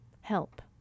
help